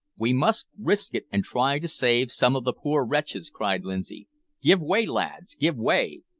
we must risk it, and try to save some of the poor wretches, cried lindsay give way, lads, give way!